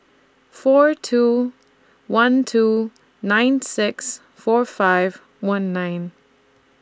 four two one two nine six four five one nine